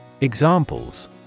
Examples